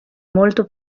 molto